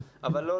יכולה לשפר הישגים.